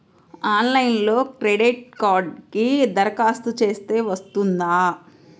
ఆన్లైన్లో క్రెడిట్ కార్డ్కి దరఖాస్తు చేస్తే వస్తుందా?